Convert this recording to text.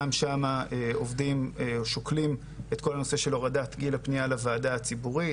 גם שם שוקלים את כל הנושא של הורדת גיל הפניה לוועדה הציבורית,